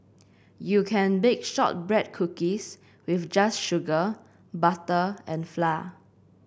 you can bake shortbread cookies with just sugar butter and flour